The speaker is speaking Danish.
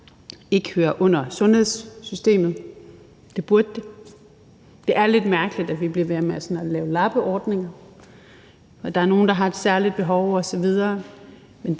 ikke hører under sundhedssystemet. Det burde det. Det er lidt mærkeligt, at vi bliver ved med sådan at lave lappeordninger, når der er nogen, der har et særligt behov osv.